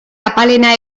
apalena